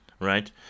right